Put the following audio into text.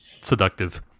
seductive